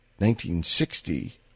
1960